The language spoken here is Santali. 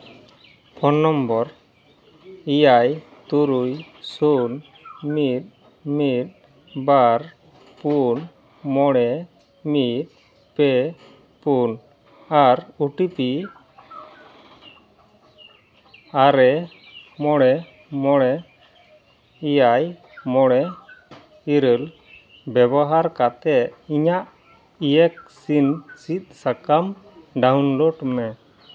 ᱯᱷᱳᱱ ᱱᱚᱢᱵᱚᱨ ᱮᱭᱟᱭ ᱛᱩᱨᱩᱭ ᱥᱩᱱ ᱢᱤᱫ ᱢᱤᱫ ᱵᱟᱨ ᱯᱩᱱ ᱢᱚᱬᱮ ᱢᱤᱫ ᱯᱮ ᱯᱩᱱ ᱟᱨ ᱳ ᱴᱤ ᱯᱤ ᱟᱨᱮ ᱢᱚᱬᱮ ᱢᱚᱬᱮ ᱮᱭᱟᱭ ᱢᱚᱬᱮ ᱤᱨᱟᱹᱞ ᱵᱮᱵᱚᱦᱟᱨ ᱠᱟᱛᱮᱫ ᱤᱧᱟᱹᱜ ᱤᱭᱮᱠᱥᱤᱱ ᱥᱤᱫᱽ ᱥᱟᱠᱟᱢ ᱰᱟᱣᱩᱱᱞᱳᱰ ᱢᱮ